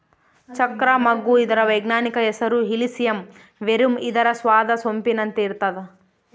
ಚಕ್ರ ಮಗ್ಗು ಇದರ ವೈಜ್ಞಾನಿಕ ಹೆಸರು ಇಲಿಸಿಯಂ ವೆರುಮ್ ಇದರ ಸ್ವಾದ ಸೊಂಪಿನಂತೆ ಇರ್ತಾದ